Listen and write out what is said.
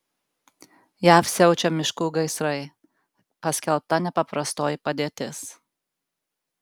jav siaučia miškų gaisrai paskelbta nepaprastoji padėtis